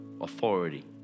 Authority